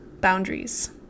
boundaries